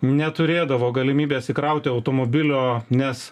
neturėdavo galimybės įkrauti automobilio nes